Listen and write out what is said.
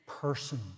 person